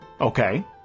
Okay